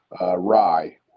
rye